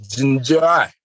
enjoy